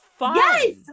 Yes